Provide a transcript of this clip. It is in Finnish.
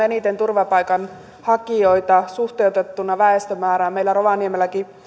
eniten turvapaikanhakijoita suhteutettuna väestömäärään meillä rovaniemelläkin